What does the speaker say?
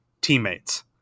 teammates